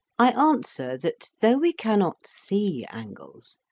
i answer that though we cannot see angles,